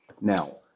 Now